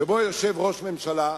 שבו יושב ראש ממשלה,